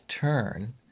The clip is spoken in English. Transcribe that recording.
turn